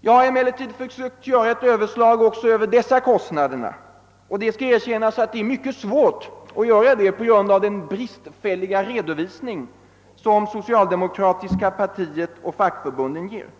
Jag har emellertid försökt göra ett överslag också av dessa kostnader. Det skall erkännas att detta är mycket svårt på grund av den bristfälliga redovisning som det socialdemokratiska partiet och fackförbunden lämnar,